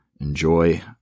Enjoy